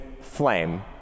flame